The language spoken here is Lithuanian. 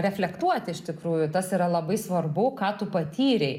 reflektuoti iš tikrųjų tas yra labai svarbu ką tu patyrei